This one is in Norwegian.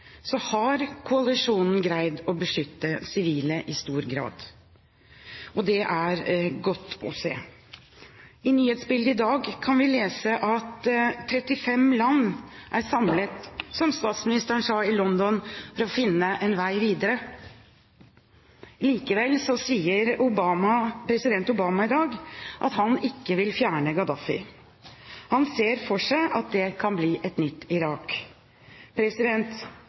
har koalisjonen greid å beskytte sivile i stor grad, og det er godt å se. I nyhetene i dag kan vi lese at 35 land er samlet, som statsministeren sa, i London for å finne en vei videre. Likevel sier president Obama i dag at han ikke vil fjerne Gaddafi. Han ser for seg at det kan bli et nytt Irak.